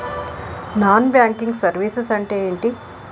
Non banking services అంటే ఎంటి?